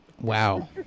Wow